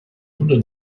буду